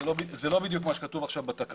זה לא בדיוק מה שכתוב עכשיו בתקנות.